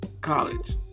college